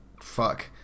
Fuck